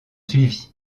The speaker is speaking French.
suivi